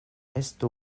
estu